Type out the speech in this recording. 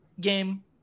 game